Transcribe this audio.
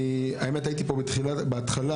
אני הייתי פה בהתחלה,